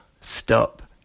stop